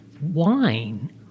wine